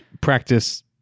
Practice